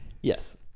Yes